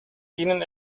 ihnen